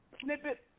Snippet